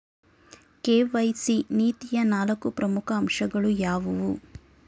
KYC ನೀತಿಯ ನಾಲ್ಕು ಪ್ರಮುಖ ಅಂಶಗಳು ಯಾವುವು?